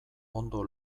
ondo